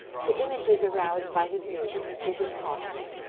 the images aroused by his music, is impossible.